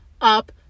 up